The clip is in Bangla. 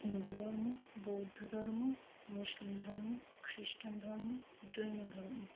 হিন্দু ধর্ম বৌদ্ধ ধর্ম মুসলিম ধর্ম খ্রিস্টান ধর্ম জৈন ধর্ম